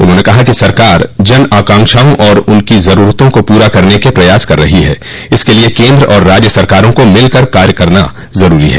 उन्होंने कहा कि सरकार जन आकांक्षाओं और उनकी जरूरतों को पूरा करने के प्रयास कर रही है इसके लिए केंद्र और राज्य सरकारों को मिलकर काम करना जरूरी है